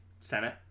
senate